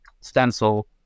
stencil